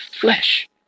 flesh